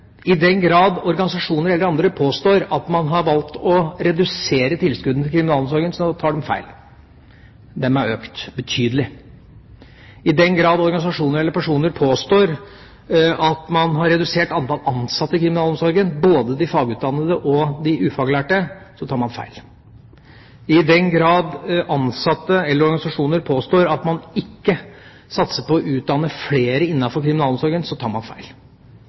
I den grad organisasjoner eller andre påstår at man har valgt å redusere tilskuddene til kriminalomsorgen, tar de feil. De er økt betydelig. I den grad organisasjoner eller personer påstår at man har redusert antall ansatte i kriminalomsorgen, både de fagutdannede og de ufaglærte, tar man feil. I den grad ansatte eller organisasjoner påstår at man ikke satser på å utdanne flere innenfor kriminalomsorgen, tar man feil.